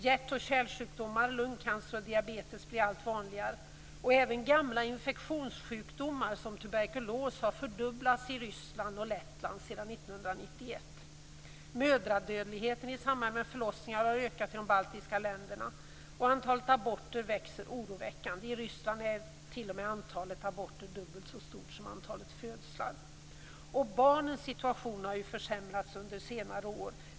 Hjärt och kärlsjukdomar, lungcancer och diabetes blir allt vanligare. Även gamla infektionssjukdomar, som tuberkulos, har fördubblats i Ryssland och Lettland sedan 1991. Mödradödligheten i samband med förlossningar har ökat i de baltiska länderna. Antalet aborter växer oroväckande. I Ryssland är antalet aborter t.o.m. dubbelt så stort som antalet födslar. Barnens situation har försämrats under senare år.